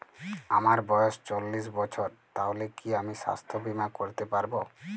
আমার বয়স চল্লিশ বছর তাহলে কি আমি সাস্থ্য বীমা করতে পারবো?